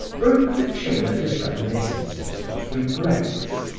broke the chain of his reminiscences and regrets.